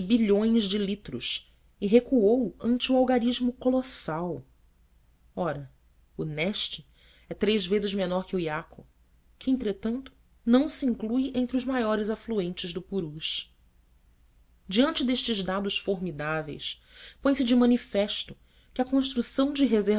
e de litros e recuou ante o algarismo colossal ora o neste é três vezes menor do que o iaco que entretanto não se inclui entre os maiores afluentes do purus diante destes dados formidáveis põe-se de manifesto que a construção de